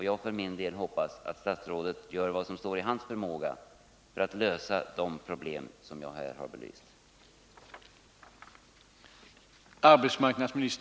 Jag för min del hoppas att statsrådet gör vad som står i hans förmåga för att lösa de problem jag här har belyst.